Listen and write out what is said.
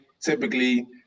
Typically